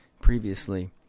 previously